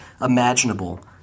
imaginable